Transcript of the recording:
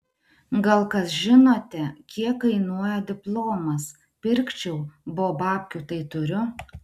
gal kas žinote kiek kainuoja diplomas pirkčiau bo babkių tai turiu